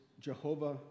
Jehovah